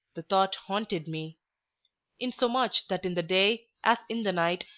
the thought haunted me insomuch that in the day, as in the night,